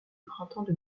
printemps